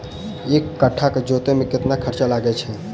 एक कट्ठा केँ जोतय मे कतेक खर्चा लागै छै?